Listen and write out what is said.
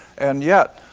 and yet,